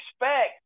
expect